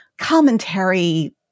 commentary